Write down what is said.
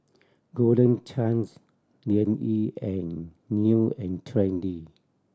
Golden Chance Liang Yi and New and Trendy